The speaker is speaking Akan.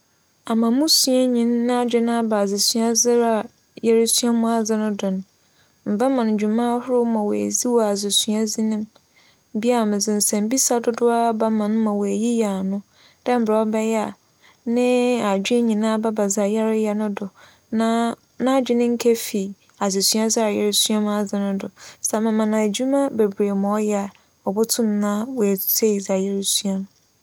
Ama mo suanyi n'adwen aba adzesuadze a yerusua mu adze do no, mebɛma no dwuma ahorow ma oedzi wͻ adzesuadze no mu. Bea a medze nsɛmbisa dodowara bɛma no ma oeyiyi ano dɛ mbrɛ ͻbɛyɛ a n'adwen nyinara bɛba dze a yɛreyɛ no do na n'adwen nnkefi adzesuadze a yerusua mu adze no do. Sɛ mema no edwuma beberee ma ͻyɛ a,obotum na oetsie dza yerusua no.